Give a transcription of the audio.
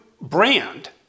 brand